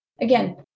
again